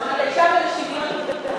סליחה, תודה רבה.